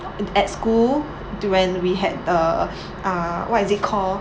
at school do~ when we had the uh what is it call